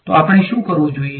તો આપણે શું કરવું જોઈએ